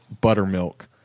buttermilk